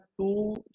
two